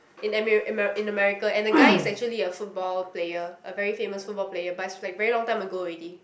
in ameri~ amera~ am in America and the guy is actually a football player a very famous football player but is like very long time ago already